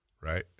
Right